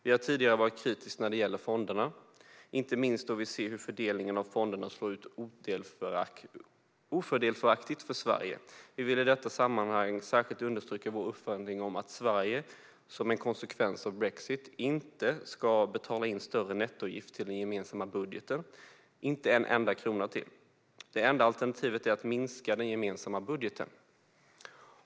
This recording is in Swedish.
Vi har tidigare varit kritiska när det gäller fonderna, inte minst då vi ser hur fördelningen av fonderna slår ut ofördelaktigt för Sverige. Vi vill i detta sammanhang särskilt understryka vår uppfattning att Sverige inte, som en konsekvens av brexit, ska betala in en högre nettoavgift till den gemensamma budgeten - inte en enda krona till! Det enda alternativet är att minska den gemensamma budgeten.